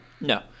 No